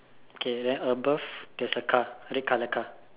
okay then above there's a car a red colour car